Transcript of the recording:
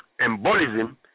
embolism